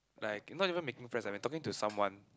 like you're not even making friends eh when talking to someone